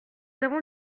avons